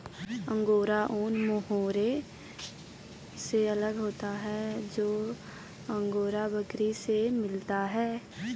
angora ऊन mohair से अलग होता है जो अंगोरा बकरी से मिलता है